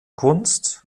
kunst